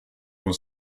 was